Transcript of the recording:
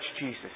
Jesus